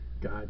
God